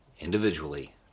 individually